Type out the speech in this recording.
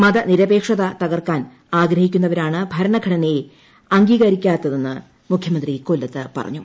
മത നിരപേക്ഷത തകർക്കാൻ ആഗ്രഹിക്കുന്നവരാണ് ഭരണഘടനയെ അംഗീകരിക്കാത്തതെന്ന് മുഖ്യമന്ത്രി കൊല്ലത്ത് പറഞ്ഞു